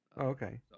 Okay